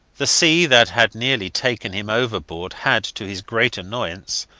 the sea that had nearly taken him overboard had, to his great annoyance,